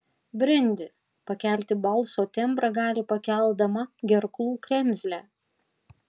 brendi pakelti balso tembrą gali pakeldama gerklų kremzlę